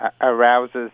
arouses